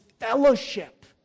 fellowship